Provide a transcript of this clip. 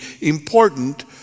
important